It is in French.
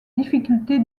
difficulté